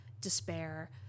despair